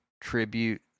tribute